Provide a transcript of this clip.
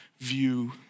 view